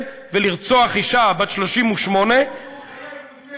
ולרצוח אישה בת 38. כשהוא חייל הוא בסדר.